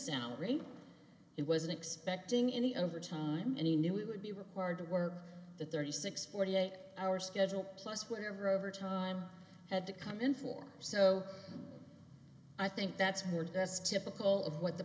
salary it wasn't expecting any overtime and he knew he would be required to work the thirty six forty eight hours schedule plus whatever overtime had to come in for so i think that's her desk typical of what the